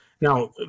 Now